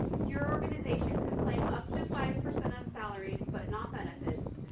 your organization can claim up to five percent of salaries, but not benefits,